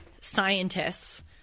scientists